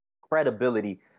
credibility